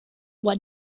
what